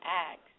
acts